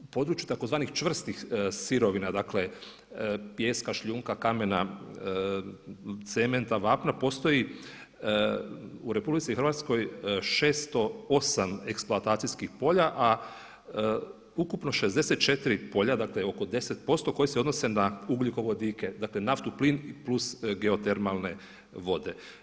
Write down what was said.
U području tzv. čvrstih sirovina, dakle pljeska, šljunka, kamena, cementa, vapna postoji u RH 608 eksploatacijskih polja a ukupno 64 polja, dakle oko 10% koji se odnose na ugljikovodike dakle naftu, plin plus geotermalne vode.